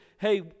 Hey